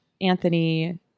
Anthony